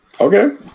Okay